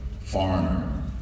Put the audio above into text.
foreigner